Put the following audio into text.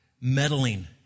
meddling